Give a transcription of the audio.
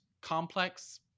complex